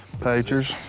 poachers.